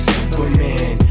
Superman